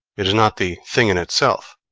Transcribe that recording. it is not the thing-in-itself,